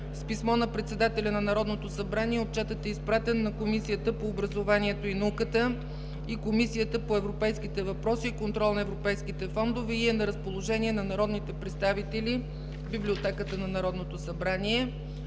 С писмо на председателя на Народното събрание отчетът е изпратен на Комисията по образованието и науката и Комисията по европейските въпроси и контрол на европейските фондове, и е на разположение на народните представители в Библиотеката на Народното събрание.